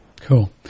Cool